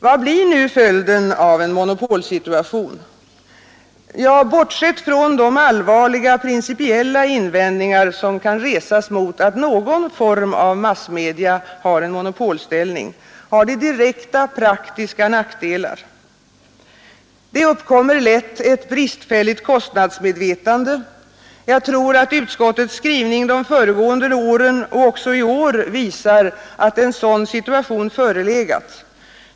Vad blir nu följden av en monopolsituation? Ja, bortsett från de allvarliga principiella invändningar som kan resas mot att någon form av massmedia har en monopolställning, har det direkta praktiska nackdelar. Det uppkommer lätt bristfälligt kostnadsmedvetande. Jag tror att utskottets skrivning de föregående åren och även i år visar att en sådan situation förelegat.